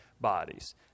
bodies